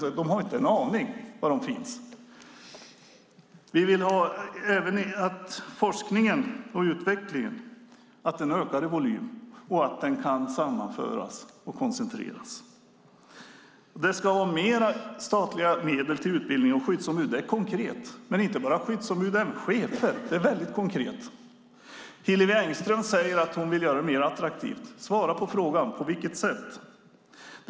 Man har inte en aning om var den finns. Vi vill även att forskningen och utvecklingen ökar i volym och kan sammanföras och koncentreras. Det ska vara mer statliga medel till utbildning av skyddsombud. Det är konkret. Men det ska inte gälla bara skyddsombud utan även chefer. Det är väldigt konkret. Hillevi Engström säger att hon vill göra skyddsombudsarbetet mer attraktivt. Svara på frågan: På vilket sätt ska det ske?